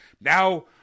now